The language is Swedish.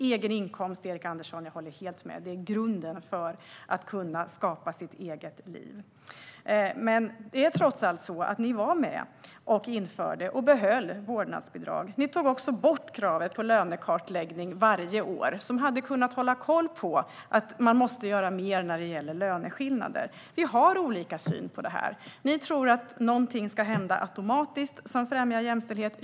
Egen inkomst är grunden - jag håller helt med dig, Erik Andersson - för att kunna skapa sitt eget liv. Ni moderater var trots allt med och införde och behöll vårdnadsbidraget. Ni tog också bort kravet på lönekartläggning varje år, som hade kunnat ge en signal om att man måste göra mer när det gäller löneskillnader. Vi har olika syn på detta. Ni tror att någonting automatiskt ska hända som främjar jämställdhet.